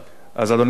אדוני היושב-ראש,